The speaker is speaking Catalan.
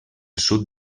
sud